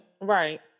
Right